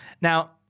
Now